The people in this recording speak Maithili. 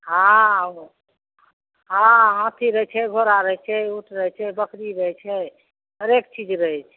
हँ हँ हाथी रहै छै घोड़ा रहै छै ऊँट रहै छै बकरी रहै छै हरेक चीज रहै छै